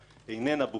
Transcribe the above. אינה ברורה.